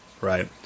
right